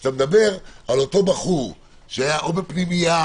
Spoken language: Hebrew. כשאתה מדבר על אותו בחור שהיה בפנימייה